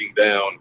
down